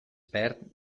perd